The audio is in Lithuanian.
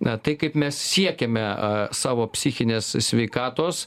na tai kaip mes siekiame a savo psichinės sveikatos